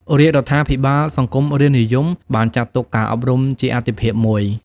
រាជរដ្ឋាភិបាលសង្គមរាស្រ្តនិយមបានចាត់ទុកការអប់រំជាអាទិភាពមួយ។